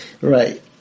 Right